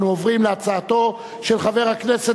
שהצעתו של חבר הכנסת